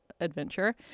adventure